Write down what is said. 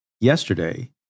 yesterday